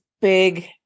big